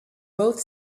both